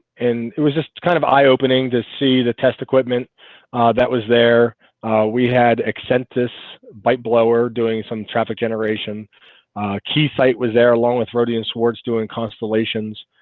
and it was just kind of eye-opening to see the test equipment that was there we had extent this bite blower doing some traffic generation keysight was there along with rohde and schwarz doing constellations